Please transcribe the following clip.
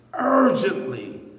urgently